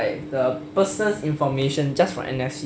like the person information just from N_F_C